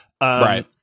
right